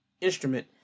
instrument